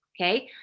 okay